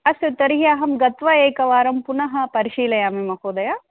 अस्तु तर्हि अहं गत्वा एकवारं पुनः परिशीलयामि महोदय